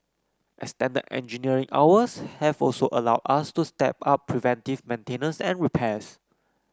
extended engineering hours have also allowed us to step up preventive maintenance and repairs